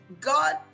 God